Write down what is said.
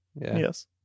Yes